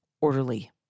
orderly